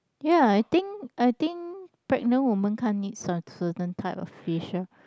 ya I think I think pregnant women can't eat cer~ certain type of fish ah